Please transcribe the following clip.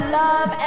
love